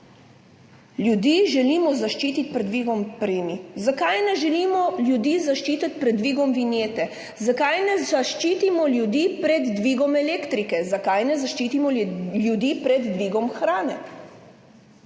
ljudi želimo zaščititi pred dvigom premij. Zakaj ne želimo ljudi zaščititi pred dvigom vinjete? Zakaj ne zaščitimo ljudi pred dvigom elektrike? Zakaj ne zaščitimo ljudi pred dvigom hrane?